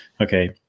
okay